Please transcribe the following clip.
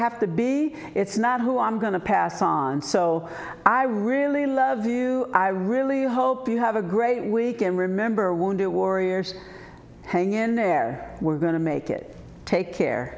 have to be it's not who i'm going to pass on so i really love you i really hope you have a great weekend remember wounded warriors hang in there we're going to make it take care